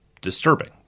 disturbing